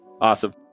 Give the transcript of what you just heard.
Awesome